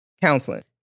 counseling